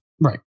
Right